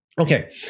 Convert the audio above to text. Okay